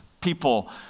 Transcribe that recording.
people